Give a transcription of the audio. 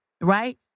right